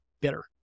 bitter